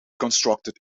constructed